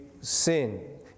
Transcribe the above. sin